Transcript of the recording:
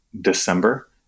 December